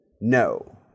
No